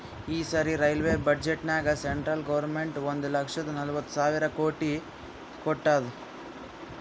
ಈ ಸರಿ ರೈಲ್ವೆ ಬಜೆಟ್ನಾಗ್ ಸೆಂಟ್ರಲ್ ಗೌರ್ಮೆಂಟ್ ಒಂದ್ ಲಕ್ಷದ ನಲ್ವತ್ ಸಾವಿರ ಕೋಟಿ ಕೊಟ್ಟಾದ್